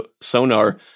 Sonar